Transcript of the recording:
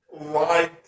light